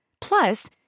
Plus